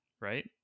Right